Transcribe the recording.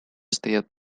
стоят